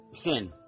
thin